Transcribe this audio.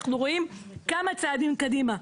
אנחנו רואים כמה צעדים קדימה.